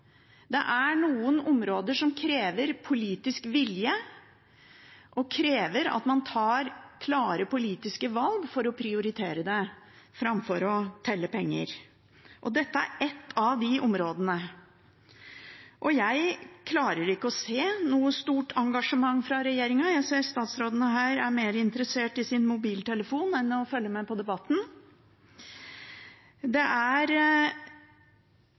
Det er noen områder som krever politisk vilje, og som krever at man tar klare politiske valg for å prioritere det, framfor å telle penger, og dette er ett av de områdene. Jeg klarer ikke å se noe stort engasjement fra regjeringen. Jeg ser at statsrådene her er mer interessert i sin mobiltelefon enn i å følge med på debatten. Det er